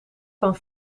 van